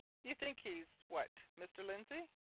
you think he's what, mr. lindsey?